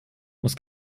muss